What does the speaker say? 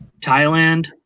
Thailand